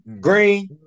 Green